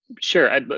Sure